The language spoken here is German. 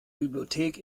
bibliothek